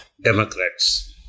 Democrats